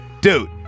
Dude